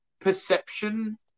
perception